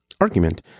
argument